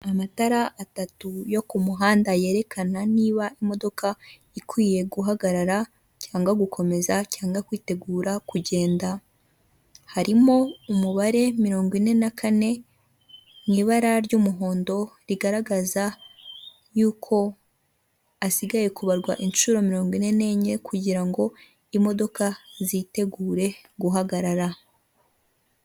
Amatara atatu yo ku muhanda yerekana niba imodoka ikwiye guhagarara cyangwa gukomeza cyangwa kwitegura kugenda harimo umubare mirongo ine na kane mu ibara ry'umuhondo rigaragaza yuko hasigaye kubarwa inshuro mirongo ine n'enye kugira ngo imodoka zitegure guhagarara.